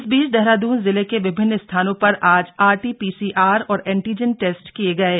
इस बीच देहरादून जिले के विभिन्न स्थानों पर आज R T P C R और एंटीजन टेस्ट किये गये